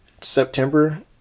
September